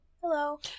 Hello